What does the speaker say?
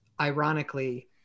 ironically